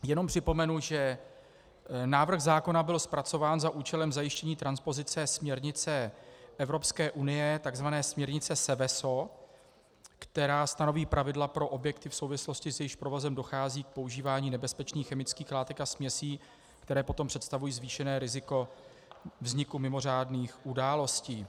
Jenom připomenu, že návrh zákona byl zpracován za účelem zajištění transpozice směrnice Evropské unie, tzv. směrnice SEVESO, která stanoví pravidla pro objekty, v souvislosti s jejichž provozem dochází k používání nebezpečných chemických látek a směsí, které potom představují zvýšené riziko vzniku mimořádných událostí.